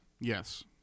Yes